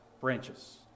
branches